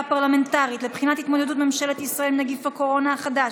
פרלמנטרית לבחינת התמודדות ממשלת ישראל נגיף הקונה החדש,